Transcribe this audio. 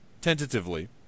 tentatively